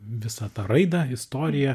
visą tą raidą istoriją